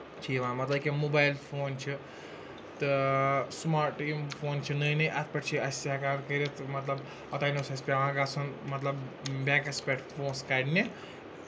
چھِ یِوان مطلب کہِ موبایل فون چھِ تہٕ سٕماٹ یِم فون چھِ نٔۍ نٔۍ اَتھ پٮ۪ٹھ چھِ اَسہِ ہیٚکان کٔرِتھ مطلب اوٚتانۍ اوس اَسہِ پیٚوان گژھُن مطلب بینٛکَس پٮ۪ٹھ پونٛسہٕ کَڑنہِ